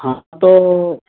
हाँ तो